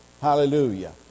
Hallelujah